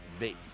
vape